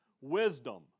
wisdom